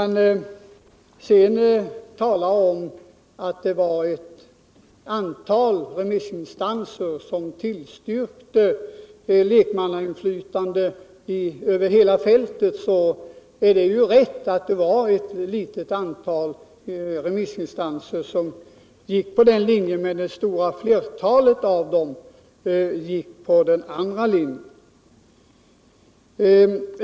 Det är riktigt att ett litet antal remissinstanser tillstyrkte lek mannamedverkan i försäkringsrätterna, men det stora flertalet gjorde inte det.